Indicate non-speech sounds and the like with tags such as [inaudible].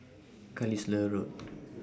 Carlisle Road [noise]